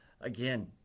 Again